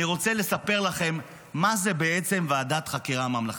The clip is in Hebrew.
אני רוצה לספר לכם מה זאת בעצם ועדת חקירה ממלכתית,